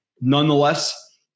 Nonetheless